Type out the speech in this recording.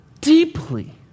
deeply